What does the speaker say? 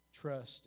trust